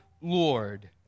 Lord